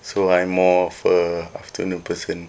so I'm more of a afternoon person